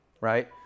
right